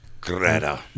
Greta